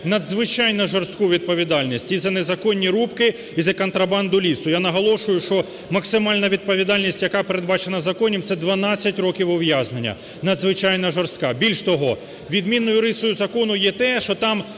надзвичайно жорстку відповідальність і за незаконні рубки, і за контрабанду лісу. Я наголошую, що максимальна відповідальність, яка передбачена в законі, це 12 років ув'язнення, надзвичайно жорстка. Більш того, відмінною рисою закону є те, що там